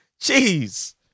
Jeez